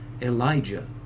Elijah